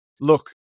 look